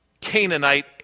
Canaanite